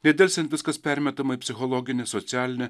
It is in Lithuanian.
nedelsiant viskas permetama į psichologinį socialinį